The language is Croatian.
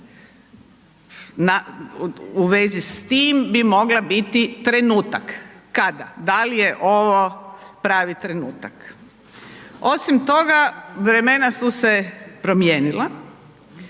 u vezi s tim bi mogla biti trenutak. Kada? Dal je ovo pravi trenutak? Osim toga vremena su se promijenila,